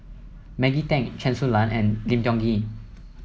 Maggie Teng Chen Su Lan and Lim Tiong Ghee